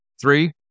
Three